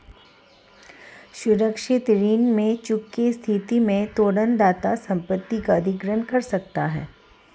सुरक्षित ऋण में चूक की स्थिति में तोरण दाता संपत्ति का अधिग्रहण कर सकता है